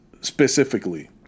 specifically